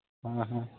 হয় হয়